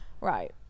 Right